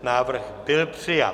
Návrh byl přijat.